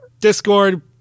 Discord